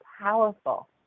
powerful